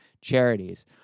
charities